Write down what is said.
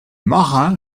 marin